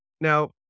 Now